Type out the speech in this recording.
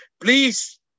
please